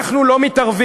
אנחנו לא מתערבים.